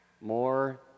more